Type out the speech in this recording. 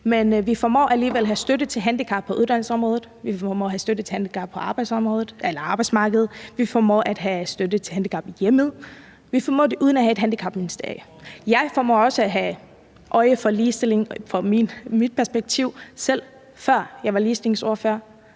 vi formår alligevel at have støtte til handicap på uddannelsesområdet, på arbejdsmarkedet og i hjemmet. Vi formår det uden at have et handicapministerie. Jeg formår også at have øje for ligestilling fra mit perspektiv – og formåede det også, selv før jeg var ligestillingsordfører.